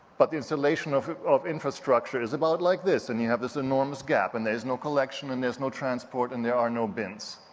but the installation of of infrastructure is about like this, and you have this enormous gap and there's no collection and there's no transport and there are no bins.